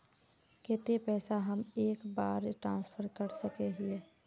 केते पैसा हम एक बार ट्रांसफर कर सके हीये?